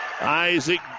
Isaac